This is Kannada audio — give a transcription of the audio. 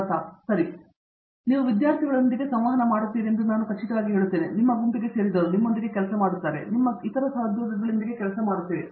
ಪ್ರತಾಪ್ ಹರಿಡೋಸ್ ಸರಿ ನೀವು ನೋಡುವಾಗ ನೀವು ವಿದ್ಯಾರ್ಥಿಗಳೊಂದಿಗೆ ಸಂವಹನ ಮಾಡುತ್ತಿದ್ದೀರಿ ಎಂದು ನಾನು ಖಚಿತವಾಗಿ ಹೇಳುತ್ತೇನೆ ನಿಮ್ಮ ಗುಂಪಿಗೆ ಸೇರಿದವರು ನಿಮ್ಮೊಂದಿಗೆ ಕೆಲಸ ಮಾಡುತ್ತಾರೆ ನಿಮ್ಮ ಇತರ ಸಹೋದ್ಯೋಗಿಗಳೊಂದಿಗೆ ಕೆಲಸ ಮಾಡುತ್ತೀರಿ